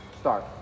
start